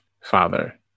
father